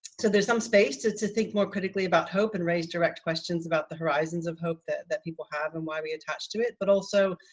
so there's some space to to think more critically about hope and raise direct questions about the horizons of hope that that people have, and why we attach to it. but also.